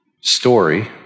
story